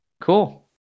Cool